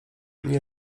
nie